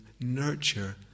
nurture